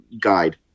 guide